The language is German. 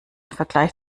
vergleich